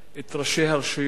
את ראשי הרשויות,